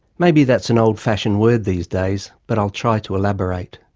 maybe that's an old-fashioned word these days but i'll try to elaborate.